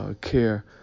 care